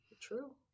True